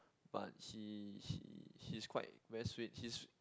but he he he's quite very sweet he's